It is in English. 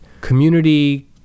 community